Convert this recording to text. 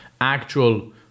actual